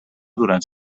durant